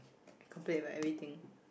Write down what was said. complain about everything